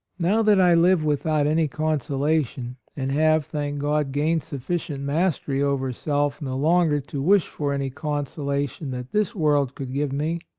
now that i live without any consolation, and have, thank god, gained sufficient mastery over self no longer to wish for any consolation that this world could give me,